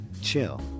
chill